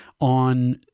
on